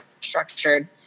structured